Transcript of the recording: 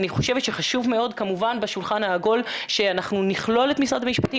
אני חושבת שחשוב מאוד כמובן בשולחן העגול שנכלול את משרד המשפטים,